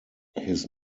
his